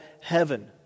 heaven